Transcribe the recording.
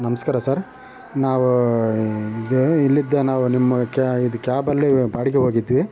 ನಮಸ್ಕಾರ ಸರ್ ನಾವು ಇದೇ ಇಲ್ಲಿದ್ದ ನಾವು ನಿಮ್ಮ ಕ್ಯಾ ಇದು ಕ್ಯಾಬಲ್ಲಿ ಬಾಡಿಗೆ ಹೋಗಿದ್ವಿ